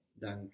Danke